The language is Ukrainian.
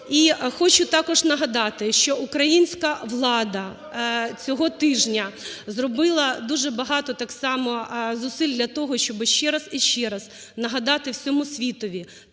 хочу також нагадати, що українська влада цього тижня зробила дуже багато так само зусиль для того, щоби ще раз і ще раз нагадати всьому світові